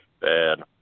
Bad